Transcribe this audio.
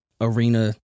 Arena